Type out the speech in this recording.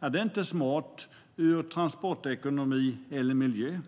Det är inte smart för vare sig transportekonomi eller miljö.